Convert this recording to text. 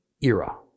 era